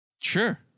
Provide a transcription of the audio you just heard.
Sure